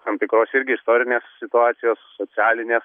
tam tikros irgi istorinės situacijos socialinė